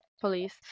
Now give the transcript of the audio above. police